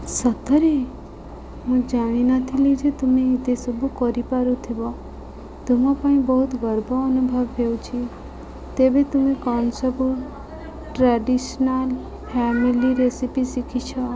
ସତରେ ମୁଁ ଜାଣି ନଥିଲି ଯେ ତୁମେ ଏତେ ସବୁ କରିପାରୁଥିବ ତୁମ ପାଇଁ ବହୁତ ଗର୍ବ ଅନୁଭବ ହେଉଛି ତେବେ ତୁମେ କ'ଣ ସବୁ ଟ୍ରାଡ଼ିସ୍ନାଲ୍ ଫ୍ୟାମିଲି ରେସିପି ଶିଖିଛ